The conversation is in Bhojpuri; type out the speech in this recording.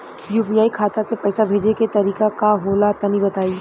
यू.पी.आई खाता से पइसा भेजे के तरीका का होला तनि बताईं?